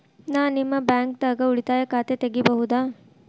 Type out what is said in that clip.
ನಾ ನಿಮ್ಮ ಬ್ಯಾಂಕ್ ದಾಗ ಉಳಿತಾಯ ಖಾತೆ ತೆಗಿಬಹುದ?